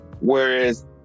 whereas